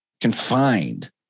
confined